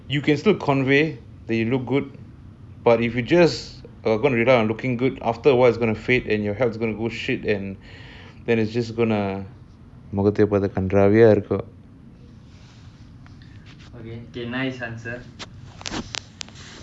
you can still convey the look good but if you just wanna really on looking good after a while it's going to fade and your life is going to go shit and after a while it's just மொகத்தபார்த்தாகண்ராவியாஇருக்கும்:mogatha partha kanravia irukkum